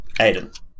Aiden